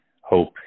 hope